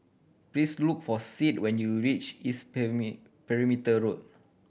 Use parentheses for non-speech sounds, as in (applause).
please look for Sid when you reach East (unintelligible) Perimeter Road